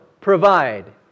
provide